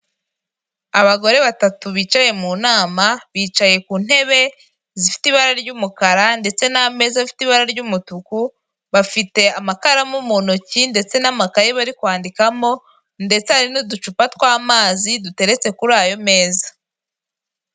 Abagore batatu bicaye mu nama bicaye ku ntebe zifite ibara ry'umukara, ndetse n'ameza afite ibara ry'umutuku, bafite amakaramu mu ntoki, ndetse n'amakaye bari kwandikamo, ndetse hari n'uducupa tw'amazi duteretse kuri ayo meza.